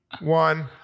one